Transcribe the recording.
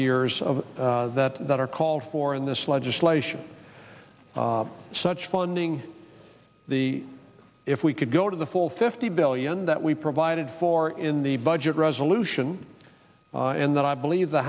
years of that that are called for in this legislation such funding the if we could go to the full fifty billion that we provided for in the budget resolution and that i believe the